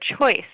choice